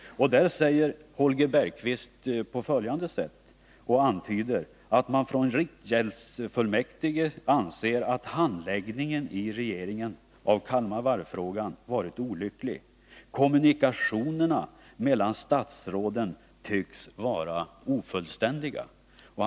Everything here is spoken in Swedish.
I en artikel antyder Holger Bergqvist att man från riksgäldsfullmäktige anser att handläggningen i regeringen av Kalmar Varv varit olycklig. Kommunikationerna mellan statsråden tycks vara ofullständiga, säger han.